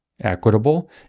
equitable